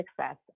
success